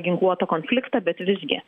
ginkluotą konfliktą bet visgi